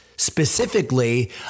Specifically